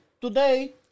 today